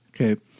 Okay